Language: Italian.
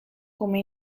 come